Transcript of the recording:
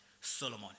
Solomon